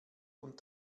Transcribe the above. und